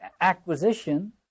acquisition